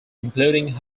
including